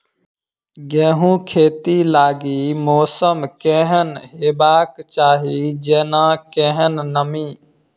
गेंहूँ खेती लागि मौसम केहन हेबाक चाहि जेना केहन नमी?